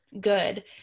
good